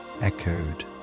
echoed